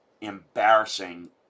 embarrassing